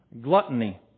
gluttony